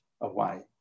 away